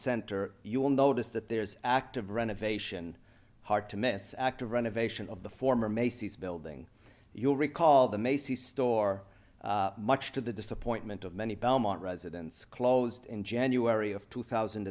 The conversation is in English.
center you'll notice that there's active renovation hard to miss active renovation of the former macy's building you'll recall the macy's store much to the disappointment of many belmont residents closed in january of two thousand